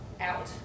out